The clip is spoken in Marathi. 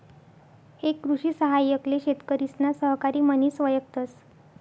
एक कृषि सहाय्यक ले शेतकरिसना सहकारी म्हनिस वयकतस